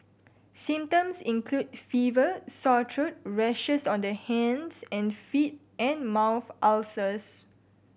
symptoms include fever sore throat rashes on the hands and feet and mouth ulcers